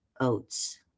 oats